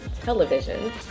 television